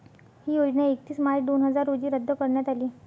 ही योजना एकतीस मार्च दोन हजार रोजी रद्द करण्यात आली